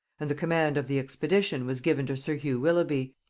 and the command of the expedition was given to sir hugh willoughby,